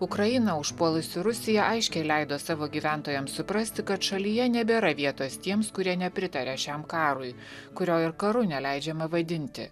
ukrainą užpuolusi rusija aiškiai leido savo gyventojams suprasti kad šalyje nebėra vietos tiems kurie nepritaria šiam karui kurio ir karu neleidžiama vaidinti